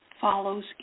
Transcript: follows